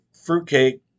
fruitcake